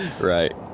right